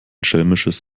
schelmisches